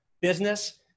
business